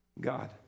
God